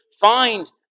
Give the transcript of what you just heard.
find